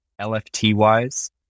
LFT-wise